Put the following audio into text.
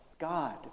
God